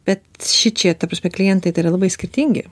bet šičia ta prasme klientai tai yra labai skirtingi